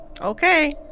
Okay